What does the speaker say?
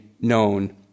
known